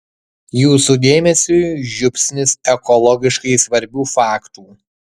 jūsų dėmesiui žiupsnis ekologiškai svarbių faktų